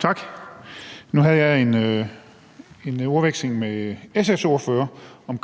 Tak. Nu havde jeg en ordveksling med SF's ordfører om,